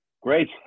Great